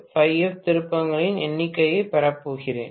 44f திருப்பங்களின் எண்ணிக்கையைப் பெறப்போகிறேன்